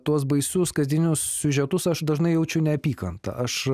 tuos baisius kasdienius siužetus aš dažnai jaučiu neapykantą aš